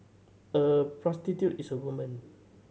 a prostitute is a woman